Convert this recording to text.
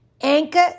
Anchor